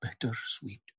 bittersweet